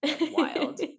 wild